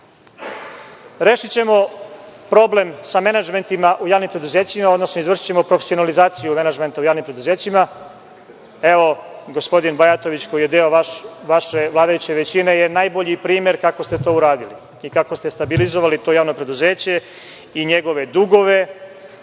ništa. Rešićemo problem sa menadžmentima u javnim preduzećima, odnosno izvršićemo profesionalizaciju menadžmenta u javnim preduzećima. Gospodin Bajatović, koji je deo vaše vladajuće većine, je najbolji primer kako ste to uradili i kako ste stabilizovali to javno preduzeće i njegove dugove